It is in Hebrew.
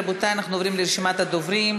רבותי, אנחנו עוברים לרשימת הדוברים.